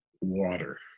water